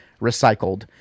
recycled